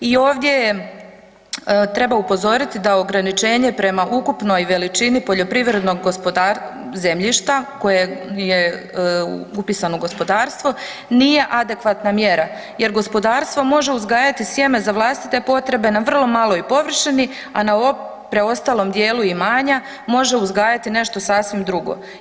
I ovdje treba upozoriti da ograničenje prema ukupnoj veličini poljoprivrednog zemljišta koje je upisano u gospodarstvo nije adekvatna mjera jer gospodarstvo može uzgajati sjeme za vlastite potrebe na vrlo maloj površini, a na ovom preostalom dijelu imanja može uzgajati nešto sasvim drugo.